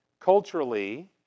Culturally